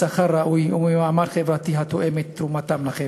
משכר ראוי וממעמד חברתי התואם את תרומתם לחברה.